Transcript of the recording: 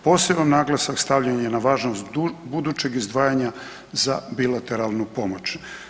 Poseban naglasak stavljen je na važnost budućeg izdvajanja za bilateralnu pomoć.